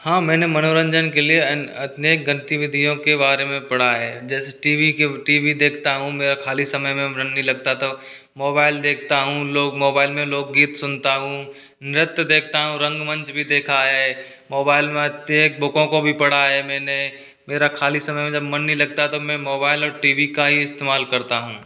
हाँ मैंने मनोरंजन के लिए अनेक गतिविधियों के बारे में पढ़ा है जैसे टी वी के टी वी देखता हूँ मैं खाली समय में मन नहीं लगता तो मोबाइल देखता हूँ लोग मोबाइल में लोकगीत सुनता हूँ नृत्य देखता हूँ रंगमंच भी देखा है मोबाइल में प्रत्येक बुकों को भी पढ़ा है मैंने मेरा खाली समय में जब मन नहीं लगता तो मैं मोबाइल और टी वी का ही इस्तेमाल करता हूँ